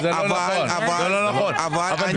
אני